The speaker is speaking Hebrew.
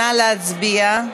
נא להצביע.